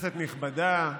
כנסת נכבדה,